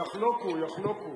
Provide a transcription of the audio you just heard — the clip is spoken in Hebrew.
יחלוקו, יחלוקו.